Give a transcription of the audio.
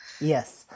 Yes